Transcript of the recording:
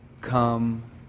come